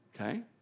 okay